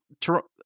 Toronto